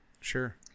sure